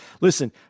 Listen